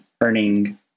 earning